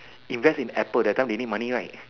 invest in apple that time they need money right